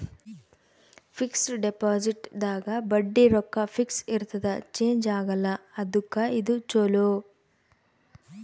fix deposit ದಾಗ ಬಡ್ಡಿ ರೊಕ್ಕ ಫಿಕ್ಸ್ ಇರ್ತದ ಚೇಂಜ್ ಆಗಲ್ಲ ಅದುಕ್ಕ ಇದು ಚೊಲೊ